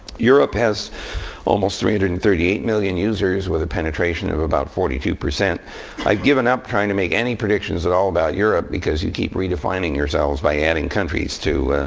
europe has almost three hundred and thirty eight million users, with a penetration of about forty two. i've given up trying to make any predictions at all about europe because you keep re-defining yourselves by adding countries to.